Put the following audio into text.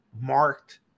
marked